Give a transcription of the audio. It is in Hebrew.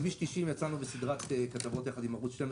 על כביש 90 יצאנו בסדרת כתבות עם ערוץ 12,